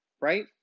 right